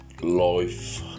life